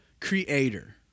creator